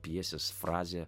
pjesės frazė